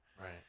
Right